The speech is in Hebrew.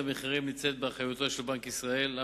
המחירים נמצאת באחריותו של בנק ישראל,